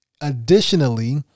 Additionally